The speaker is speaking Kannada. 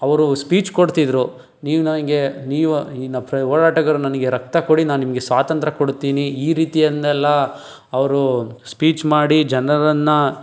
ಅವರು ಸ್ಪೀಚ್ ಕೊಡ್ತಿದ್ರು ನೀವು ನನಗೆ ನೀವು ಹೋರಾಟಗಾರರು ನನಗೆ ರಕ್ತ ಕೊಡಿ ನಾನು ನಿಮಗೆ ಸ್ವಾತಂತ್ರ್ಯ ಕೊಡುತ್ತೀನಿ ಈ ರೀತಿಯನ್ನೆಲ್ಲ ಅವರು ಸ್ಪೀಚ್ ಮಾಡಿ ಜನರನ್ನು